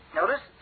notice